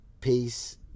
Peace